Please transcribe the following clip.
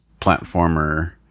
platformer